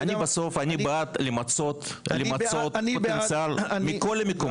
אני בסוף בעד למצות פוטנציאל מכל המקומות.